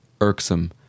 Irksome